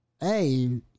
hey